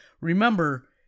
remember